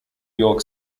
york